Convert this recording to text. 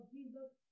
Jesus